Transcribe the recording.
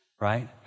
right